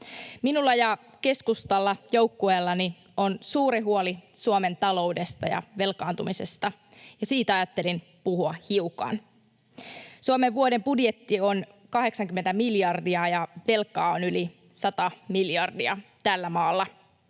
Minulla ja keskustalla, joukkueellani, on suuri huoli Suomen taloudesta ja velkaantumisesta, ja siitä ajattelin hiukan puhua. Suomen vuoden budjetti on 80 miljardia, ja tällä maalla